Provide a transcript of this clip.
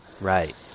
Right